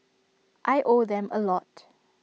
I owe them A lot